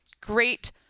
Great